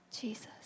Jesus